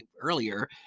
earlier